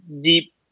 deep